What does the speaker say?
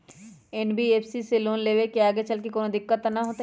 NBFC से loan लेबे से आगेचलके कौनो दिक्कत त न होतई न?